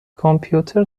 کامپیوتر